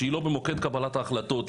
שהיא לא במוקד קבלת ההחלטות,